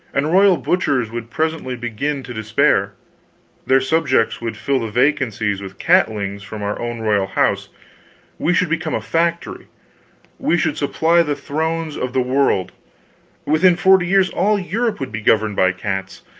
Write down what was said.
and royal butchers would presently begin to disappear their subjects would fill the vacancies with catlings from our own royal house we should become a factory we should supply the thrones of the world within forty years all europe would be governed by cats,